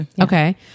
okay